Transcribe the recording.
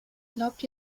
glaubt